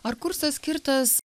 ar kursas skirtas